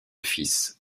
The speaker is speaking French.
fils